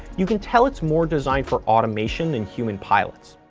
you can tell it's more designed for automation than human pilots.